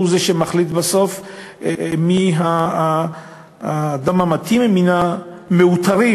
שהוא שמחליט בסוף מי האדם המתאים מן המאותרים